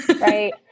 Right